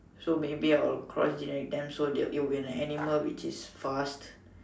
so maybe I will cross generic them so that it will be an animal which is fast